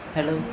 Hello